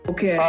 Okay